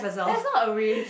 that's not a risk